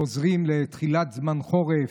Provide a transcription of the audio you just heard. חוזרים לתחילת זמן חורף,